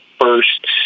first